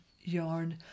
yarn